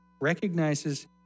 recognizes